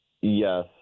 Yes